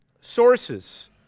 Sources